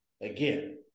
again